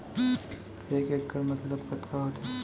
एक इक्कड़ मतलब कतका होथे?